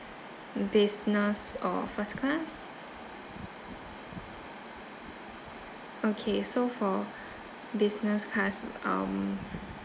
business or first class okay so for business class um